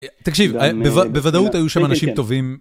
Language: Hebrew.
תקשיב, בוודאות היו שם אנשים טובים.